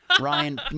Ryan